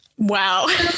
wow